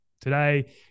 today